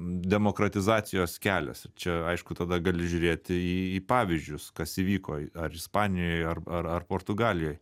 demokratizacijos kelias ir čia aišku tada gali žiūrėti į pavyzdžius kas įvyko ar ispanijoj ar ar portugalijoj